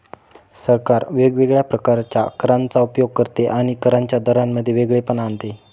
सरकार वेगवेगळ्या प्रकारच्या करांचा उपयोग करते आणि करांच्या दरांमध्ये वेगळेपणा आणते